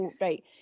right